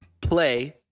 play